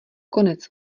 konec